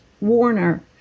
Warner